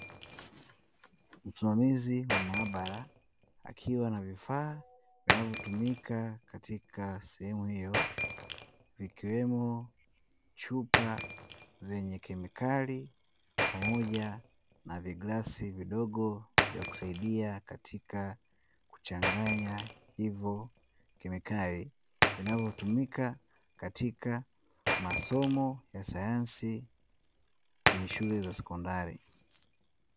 Msimamizi wa maabara akiwa na vifaa vinavyotumika katika sehemu hiyo vikiwemo chupa zenye kemikali, pamoja na viglasi vidogo vya kusaidia katika kuchanganya hivyo kemikali, vinavyotumika katika masomo ya sayansi kwenye shule za sekondari.